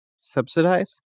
subsidize